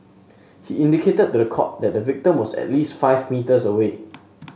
he indicated to the court that the victim was at least five metres away